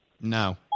No